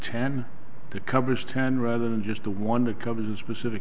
ten the coverage ten rather than just the one that covers a specific